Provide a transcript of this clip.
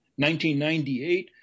1998